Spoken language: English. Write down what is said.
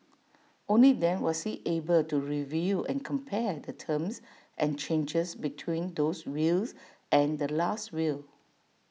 only then was he able to review and compare the terms and changes between those wills and the Last Will